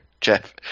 Jeff